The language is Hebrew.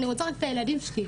אני רוצה רק את הילדים שלי,